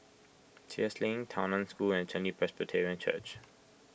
Sheares Link Tao Nan School and Chen Li Presbyterian Church